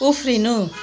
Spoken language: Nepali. उफ्रिनु